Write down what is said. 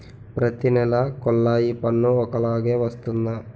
ప్రతి నెల కొల్లాయి పన్ను ఒకలాగే వస్తుందా?